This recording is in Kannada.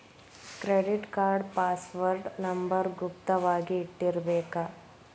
ಕ್ರೆಡಿಟ್ ಕಾರ್ಡ್ ಪಾಸ್ವರ್ಡ್ ನಂಬರ್ ಗುಪ್ತ ವಾಗಿ ಇಟ್ಟಿರ್ಬೇಕ